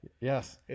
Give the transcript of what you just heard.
yes